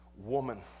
woman